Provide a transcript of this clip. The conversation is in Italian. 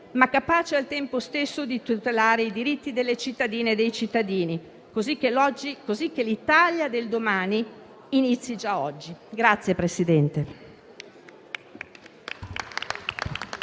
ma capace al tempo stesso di tutelare i diritti delle cittadine e dei cittadini, cosicché l'Italia del domani inizi già oggi.